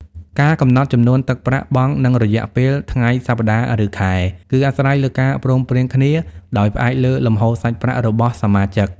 ការកំណត់ចំនួនទឹកប្រាក់បង់ និងរយៈពេល (ថ្ងៃ សប្ដាហ៍ ឬខែ) គឺអាស្រ័យលើការព្រមព្រៀងគ្នាដោយផ្អែកលើលំហូរសាច់ប្រាក់របស់សមាជិក។